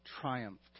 triumphed